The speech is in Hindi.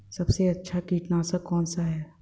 सबसे अच्छा कीटनाशक कौनसा है?